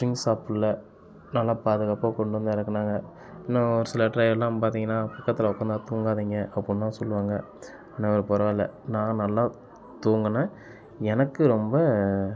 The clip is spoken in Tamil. ட்ரிங்ஸ் சாப்பிட்ல நல்லா பாதுகாப்பா கொண்டுவந்து எறக்கினாங்க இன்னும் ஒரு சில டிரைவரெலாம் பார்த்திங்கனா பக்கத்தில் உட்காந்தா தூங்காதீங்க அப்புடின்னு தான் சொல்லுவாங்க ஆனால் இவர் பரவாயில்ல நான் நல்லா தூங்கினேன் எனக்கு ரொம்ப